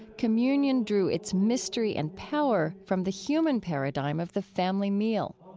communion drew its mystery and power from the human paradigm of the family meal